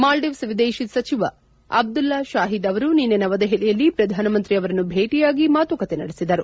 ಮಾಲ್ಡೀವ್ಸ್ ವಿದೇಶಿ ಸಚಿವ ಅಬ್ದುಲ್ಲಾ ಶಾಹೀದ್ ಅವರು ನಿನ್ನೆ ನವದೆಹಲಿಯಲ್ಲಿ ಪ್ರಧಾನಮಂತ್ರಿ ಅವರನ್ನು ಭೇಟಿಯಾಗಿ ಮಾತುಕತೆ ನಡೆಸಿದರು